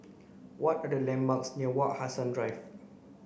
what are the landmarks near Wak Hassan Drive